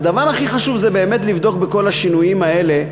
שהדבר הכי חשוב זה באמת לבדוק בכל השינויים האלה.